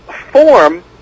form